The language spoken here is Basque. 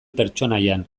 pertsonaian